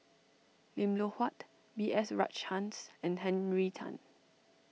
Lim Loh Huat B S Rajhans and Henry Tan